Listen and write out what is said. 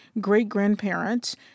great-grandparents